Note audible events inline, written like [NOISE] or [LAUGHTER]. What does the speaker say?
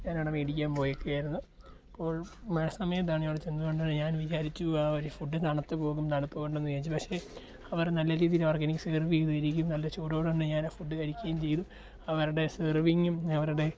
ഞാനവിടെ മേടിക്കാൻ പോയേക്കുകയായിരുന്നു അപ്പോൾ മഴ സമയം [UNINTELLIGIBLE] കൊണ്ടു ഞാൻ വിചാരിച്ചു ആ ഒരു ഫുഡ് തണുത്തു പോകും തണുത്തു പോട്ടെയെന്നു വിചാരിച്ചു പക്ഷേ അവർ നല്ല രീതിയിൽ അവർ എനിക്ക് സെർവ് ചെയ്തു തരികയും നല്ല ചൂടോടെ തന്നെ ഞാനാ ഫുഡ് കഴിക്കുകയും ചെയ്തു അവരുടെ സെർവിങ്ങും അവരുടെ